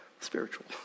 spiritual